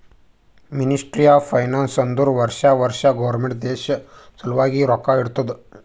ministry of finance ಅಂದುರ್ ವರ್ಷಾ ವರ್ಷಾ ಗೌರ್ಮೆಂಟ್ ದೇಶ ಸಲ್ವಾಗಿ ರೊಕ್ಕಾ ಇಡ್ತುದ